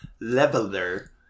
Leveler